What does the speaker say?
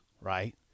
Right